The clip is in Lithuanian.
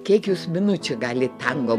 kiek jūs minučių galit tango